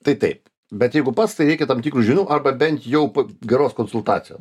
tai taip bet jeigu pats tai reikia tam tikrų žinių arba bent jau geros konsultacijos